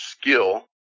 skill